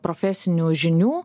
profesinių žinių